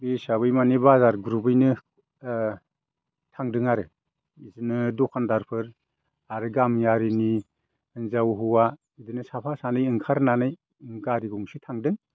बे हिसाबै माने बाजार ग्रुपैनो थांदों आरो बिदिनो दखानदारफोर आरो गामियारिनि हिनजाव हौवा बिदिनो साफा सानै ओंखारनानै गारि गंसे थांदों